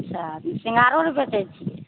अच्छा सिङ्गारो आर बेचै छियै